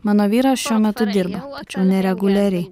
mano vyras šiuo metu dirba tačiau nereguliariai